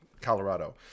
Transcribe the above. Colorado